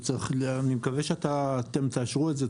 ואני מקווה שאתם תאשרו את זה,